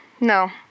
No